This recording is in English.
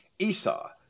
Esau